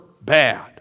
bad